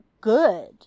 good